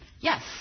Yes